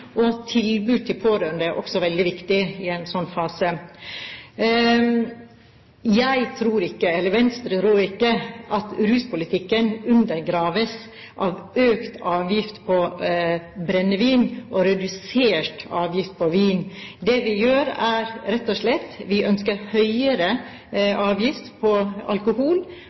rehabilitering. Tilbud til pårørende er også veldig viktig i en sånn fase. Jeg tror ikke – og Venstre tror ikke – at ruspolitikken undergraves av økt avgift på brennevin og redusert avgift på vin. Vi ønsker høyere avgift på